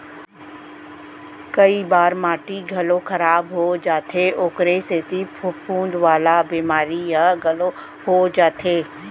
कई बार माटी घलौ खराब हो जाथे ओकरे सेती फफूंद वाला बेमारी ह घलौ हो जाथे